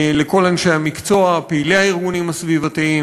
לכל אנשי המקצוע, פעילי הארגונים הסביבתיים,